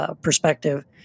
perspective